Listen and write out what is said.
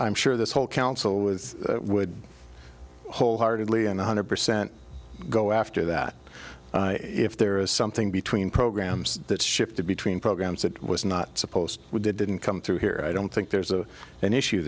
i'm sure this whole council was would wholeheartedly and one hundred percent go after that if there is something between programs that shifted between programs that was not supposed we did didn't come through here i don't think there's a an issue